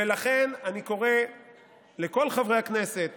ולכן, אני קורא לכל חברי הכנסת